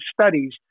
studies